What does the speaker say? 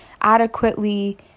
adequately